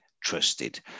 trusted